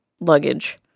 luggage